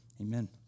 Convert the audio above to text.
Amen